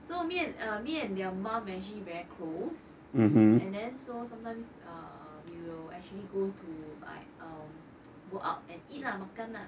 so me ah me and their mom actually very close and then so sometimes uh we will actually go to like go out and eat lah makan lah